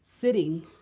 sitting